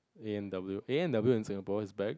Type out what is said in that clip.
A-and-W A-and-W in Singapore is back